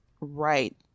right